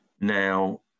Now